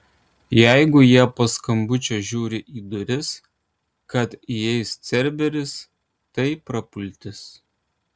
jeigu jie po skambučio žiūri į duris kad įeis cerberis tai prapultis